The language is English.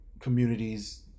communities